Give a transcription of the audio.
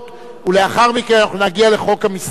תקציבית עברה בקריאה ראשונה ותועבר לוועדת העבודה,